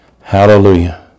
Hallelujah